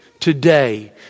today